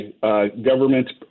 government